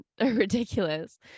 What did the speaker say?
ridiculous